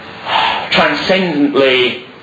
transcendently